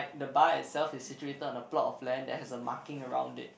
like the bar itself is situated on the block of land then there has a marking around it